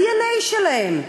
הדנ"א שלהם,